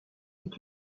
est